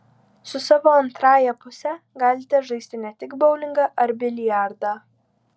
su savo antrąja puse galite žaisti ne tik boulingą ar biliardą